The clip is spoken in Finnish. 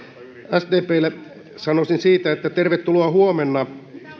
sdplle sanoisin että tervetuloa huomenna